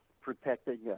protecting